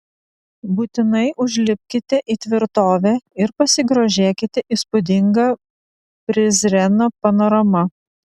būtinai užlipkite į tvirtovę ir pasigrožėkite įspūdinga prizreno panorama